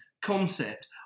concept